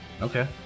Okay